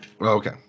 Okay